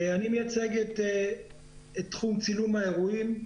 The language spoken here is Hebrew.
אני מייצג את תחום צילום האירועים.